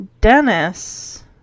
Dennis